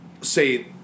say